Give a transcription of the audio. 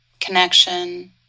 connection